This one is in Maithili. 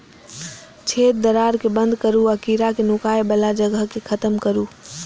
छेद, दरार कें बंद करू आ कीड़ाक नुकाय बला जगह कें खत्म करू